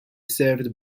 served